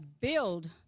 build